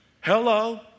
Hello